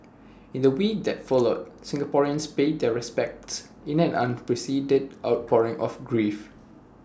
in the week that followed Singaporeans paid their respects in an unprecedented outpouring of grief